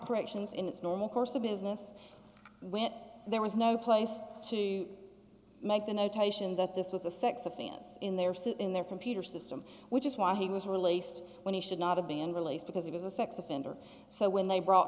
corrections in its normal course of business when there was no place to make the notation that this was a sex offense in their suit in their computer system which is why he was released when he should not have been released because he was a sex offender so when they brought